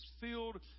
filled